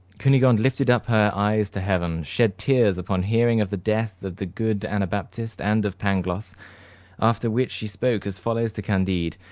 cunegonde lifted up her eyes to heaven shed tears upon hearing of the death of the good anabaptist and of pangloss after which she spoke as follows to candide,